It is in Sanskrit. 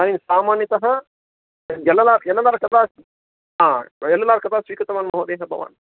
इदानीं सामान्यतः L L R L L R कदा एल् एल् आर् कदा स्वीकृतवान् महोदयः भवान्